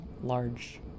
large